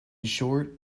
short